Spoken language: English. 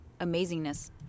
amazingness